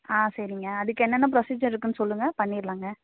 ஆ சரிங்க அதுக்கு என்னென்ன ப்ரொசீஜர் இருக்குதுன்னு சொல்லுங்கள் பண்ணீடலாங்க